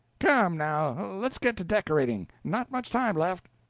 come, now, let's get to decorating not much time left.